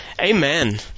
Amen